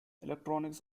electronics